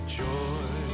joy